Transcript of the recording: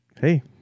hey